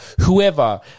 whoever